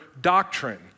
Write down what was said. doctrine